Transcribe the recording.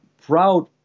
proud